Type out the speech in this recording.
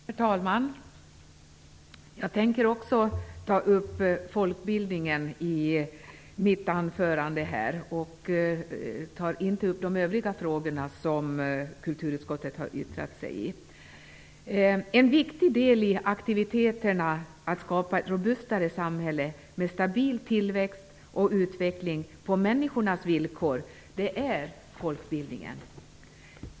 Herr talman! Jag tänker också ta upp folkbildningen i mitt anförande. Jag berör inte de övriga frågor som kulturutskottet har yttrat sig i. En viktig del i aktiviteterna att skapa ett robustare samhälle med stabil tillväxt och utveckling på människornas villkor är folkbildningen.